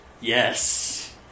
Yes